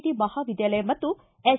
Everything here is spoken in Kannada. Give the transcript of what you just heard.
ಡಿ ಮಹಾವಿದ್ದಾಲಯ ಮತ್ತು ಎಸ್